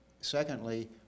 secondly